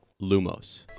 Lumos